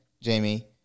Jamie